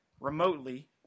remotely